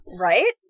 Right